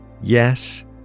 yes